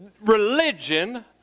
religion